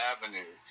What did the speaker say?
Avenue